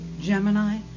Gemini